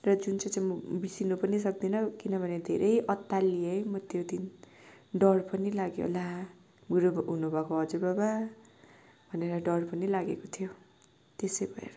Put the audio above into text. र जुन चाहिँ चाहिँ म बिर्सिनु पनि सक्दिनँ किनभने धेरै अत्तालिएँ है म त्यो दिन डर पनि लाग्यो ला बुढो हुनुभएको हजुरबाबा भनेर डर पनि लागेको थियो त्यसै भएर